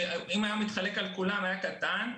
שאם היה מתחלק על כולם היה קטן,